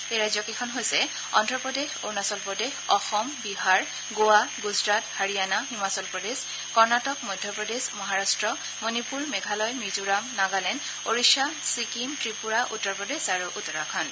এই ৰাজ্যকেইখন হৈছে অজ্ঞপ্ৰদেশ অৰুণাচল প্ৰদেশ অসম বিহাৰ গোৱা গুজৰাট হাৰিয়ানা হিমাচল প্ৰদেশ কৰ্ণাটক মধ্যপ্ৰদেশ মহাৰাট্ট মণিপুৰ মেঘালয় মিজোৰাম নাগালেণ্ড উৰিষ্যা চিকিম ত্ৰিপুৰা উত্তৰ প্ৰদেশ আৰু উত্তৰাখণ্ড